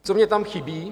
Co mně tam chybí?